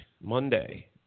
Monday